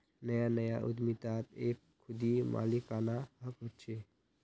नया नया उद्दमितात एक खुदी मालिकाना हक़ होचे